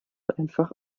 einfach